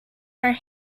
are